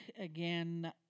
again